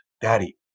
daddy